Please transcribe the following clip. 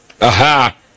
Aha